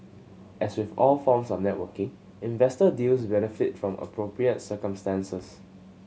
as with all forms of networking investor deals benefit from appropriate circumstances